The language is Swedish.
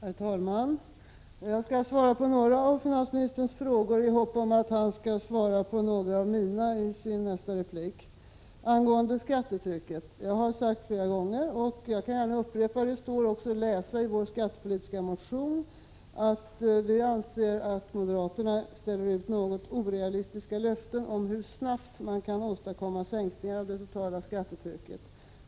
Herr talman! Jag skall svara på några av finansministerns frågor i hopp om att han skall svara på några av mina i sin nästa replik. Angående skattetrycket har jag sagt flera gånger och kan gärna upprepa — det står också att läsa i vår skattepolitiska motion — att vi anser att moderaterna ställer ut något orealistiska löften om hur snabbt man kan åstadkomma sänkningar av det totala skattetrycket.